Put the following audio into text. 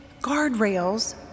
guardrails